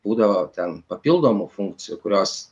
būdavo ten papildomų funkcijų kurios